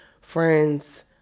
friends